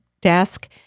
Desk